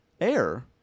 air